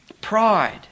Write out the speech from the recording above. Pride